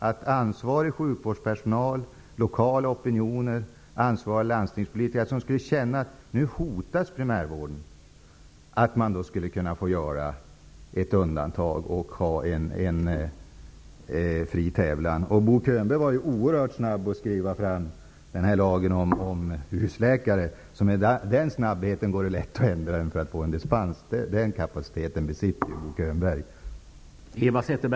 Om ansvarig sjukvårdspersonal, lokala opinioner och ansvariga landstingspolitiker framdeles skulle känna att primärvården hotas, skulle det då inte vara möjligt att få göra ett undantag och ha fri tävlan? Bo Könberg var oerhört snabb när det gällde att skriva lagen om husläkare. Med en sådan snabbhet kan lagen lätt ändras så att man kan få dispens. Den kapaciteten besitter Bo